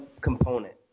component